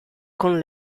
con